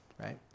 right